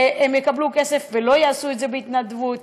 והם יקבלו כסף, ולא יעשו את זה בהתנדבות.